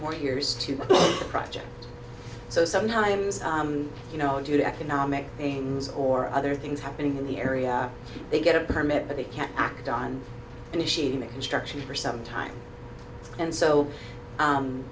more years to the project so sometimes you know due to economic things or other things happening in the area they get a permit but they can't act on initiating the construction for some time and so